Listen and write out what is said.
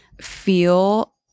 feel